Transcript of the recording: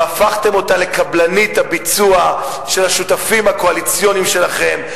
והפכתם אותה לקבלנית הביצוע של השותפים הקואליציוניים שלכם.